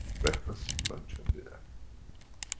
breakfast lunch and